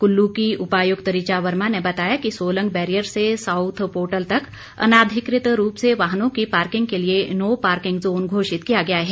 कुल्लू की उपायुक्त ऋचा वर्मा ने बताया कि सोलंग बैरियर से साउथ पोर्टल तक अनाधिकृत रूप से वाहनों की पार्किंग के लिए नो पार्किंग जोन घोषित किया गया है